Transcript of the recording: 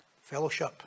Fellowship